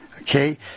okay